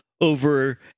over